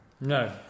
No